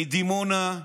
מדימונה.